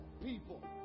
people